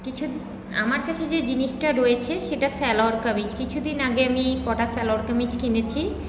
কিছু আমার কাছে যে জিনিসটা রয়েছে সেটা সালোয়ার কামিজ কিছু দিন আগে আমি কটা সালোয়ার কামিজ কিনেছি